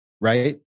right